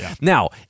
Now